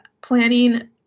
planning